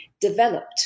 developed